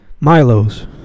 Milo's